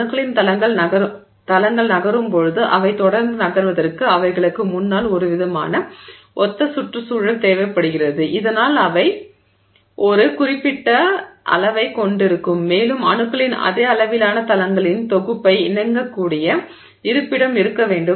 அணுக்களின் தளங்கள் நகரும் போது அவை தொடர்ந்து நகர்வதற்கு அவைகளுக்கு முன்னால் ஒருவிதமான ஒத்த சுற்றுச் சூழல் தேவைப்படுகிறது இதனால் அவை ஒரு குறிப்பிட்ட அளவைக் கொண்டிருக்கும் மேலும் அணுக்களின் அதே அளவிலான தளங்களின் தொகுப்பை இணங்கக்கூடிய இருப்பிடம் இருக்க வேண்டும்